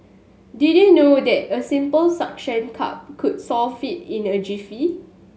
did you know that a simple suction cup could solve it in a jiffy